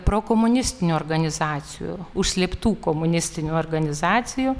prokomunistinių organizacijų užslėptų komunistinių organizacijų